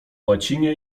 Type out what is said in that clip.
łacinie